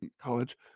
college